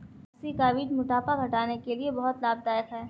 अलसी का बीज मोटापा घटाने के लिए बहुत लाभदायक है